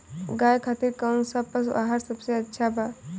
गाय खातिर कउन सा पशु आहार सबसे अच्छा बा?